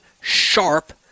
sharp